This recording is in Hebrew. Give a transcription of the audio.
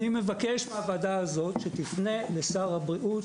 אני מבקש מהוועדה הזאת שתפנה לשר הבריאות